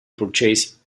purchased